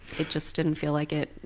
it just didn't feel like it